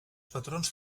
patrons